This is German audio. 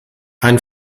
ein